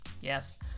Yes